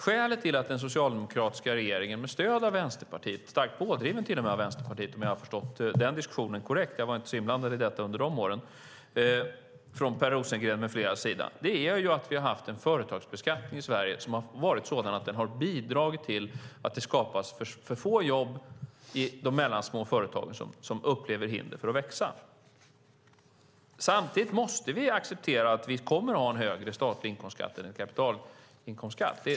Skälet till att den socialdemokratiska regeringen med stöd av Vänsterpartiet drev igenom de här reformerna - till och med starkt pådriven av Vänsterpartiets Per Rosengren med flera, om jag har förstått det hela rätt - är att vi har haft en företagsbeskattning i Sverige som har bidragit till att det skapas för få jobb i de mellansmå företag som upplever hinder för att växa. Samtidigt måste vi acceptera att vi kommer att ha en högre statlig inkomstskatt än kapitalinkomstskatt.